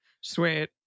Sweet